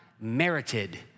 merited